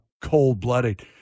cold-blooded